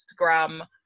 Instagram